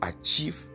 achieve